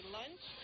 lunch